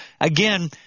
again